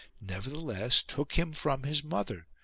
nevertheless took him from his mother,